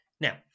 now